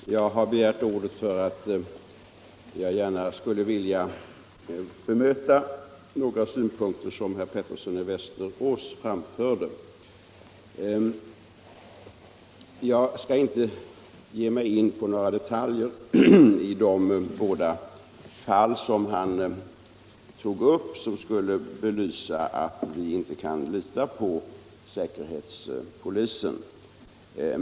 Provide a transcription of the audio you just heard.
Herr talman! Jag har begärt ordet därför att jag gärna vill bemöta några synpunkter som herr Pettersson i Västerås framförde. Jag skall inte ge mig in på några detaljer i de båda fall som herr Pettersson i Västerås tog upp och som han ansåg belyste att vi inte kan lita på säkerhetspolisen.